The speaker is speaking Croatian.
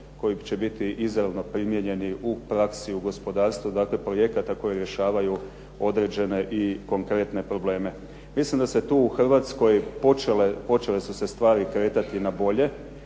koji će biti izravno primijenjeni u praksi u gospodarstvu, dakle projekata koji rješavaju određene i konkretne probleme. Mislim da su se tu u Hrvatskoj počele stvari kretati na bolje.